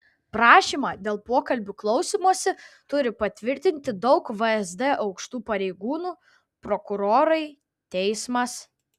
prašymą dėl pokalbių klausymosi turi patvirtinti daug vsd aukštų pareigūnų prokurorai teismas